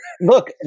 look